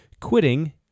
quitting